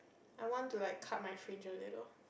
I want to like cut my fringe leh lor